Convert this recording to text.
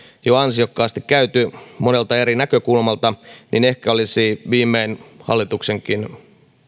on ansiokkaasti käyty jo monelta eri näkökulmalta ehkä olisi viimein hallituksenkin